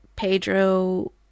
Pedro